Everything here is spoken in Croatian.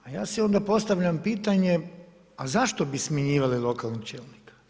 A ja si onda postavljam pitanje a zašto bi smjenjivali lokalnog čelnika.